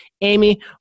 Amy